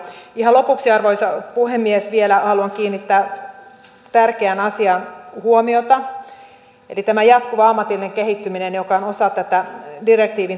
ihan lopuksi arvoisa puhemies vielä haluan kiinnittää tärkeään asiaan huomiota eli tähän jatkuvaan ammattilliseen kehittymiseen joka on osa tätä direktiivin toimeenpanoa